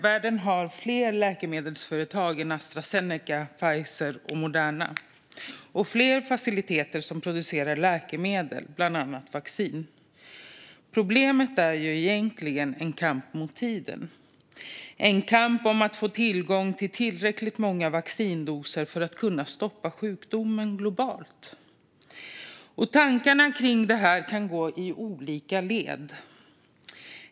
Världen har fler läkemedelsföretag än Astra Zeneca, Pfizer och Moderna och fler faciliteter som producerar läkemedel, bland annat vaccin. Problemet är egentligen en kamp mot tiden. Det är en kamp om att få tillgång till tillräckligt många vaccindoser för att kunna stoppa sjukdomen globalt. Tankarna om det kan gå i olika led.